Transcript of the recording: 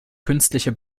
künstliche